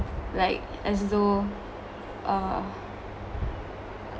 like as though uh